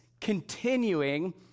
continuing